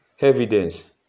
evidence